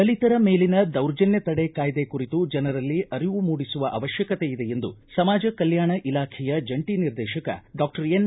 ದಲಿತರ ಮೇಲಿನ ದೌರ್ಜನ್ಹ ತಡೆ ಕಾಯ್ದೆ ಕುರಿತು ಜನರಲ್ಲಿ ಅರಿವು ಮೂಡಿಸುವ ಅವಶ್ಯಕತೆ ಇದೆ ಎಂದು ಸಮಾಜ ಕಲ್ಕಾಣ ಇಲಾಖೆಯ ಜಂಟ ನಿರ್ದೇಶಕ ಡಾಕ್ಟರ್ ಎನ್